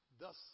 Thus